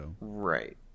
Right